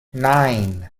nine